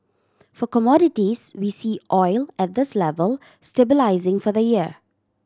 for commodities we see oil at this level stabilising for the year